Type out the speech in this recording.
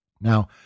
Now